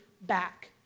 back